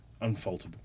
unfaultable